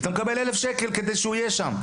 ואתה מקבל 1,000 שקל כדי שהוא יהיה שם.